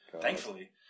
thankfully